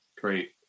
great